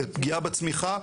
לפגיעה בצמחיה,